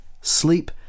Sleep